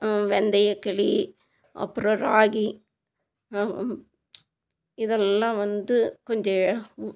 வெந்தயக்களி அப்புறம் ராகி இதெல்லாம் வந்து கொஞ்சம்